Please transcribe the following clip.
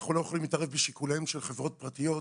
אנחנו לא יכולים להתערב בשיקוליהם של חברות פרטיות.